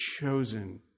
chosen